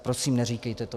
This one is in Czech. Prosím, neříkejte to.